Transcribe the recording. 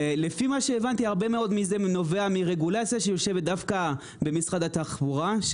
לפי מה שהבנתי הרבה מאוד מזה נובע מרגולציה שיושבת דווקא במשרד התחבורה.